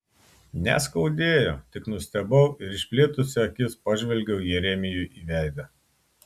neskaudėjo tik nustebau ir išplėtusi akis pažvelgiau jeremijui į veidą